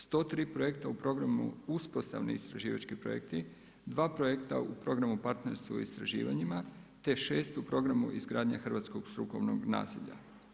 103 projekta u programu uspostavni istraživački projekti, 2 projekta u programu partnerstvo i istraživanjima, te 6 u programu izgradnja hrvatskog strukovnog nazivlja.